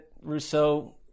Rousseau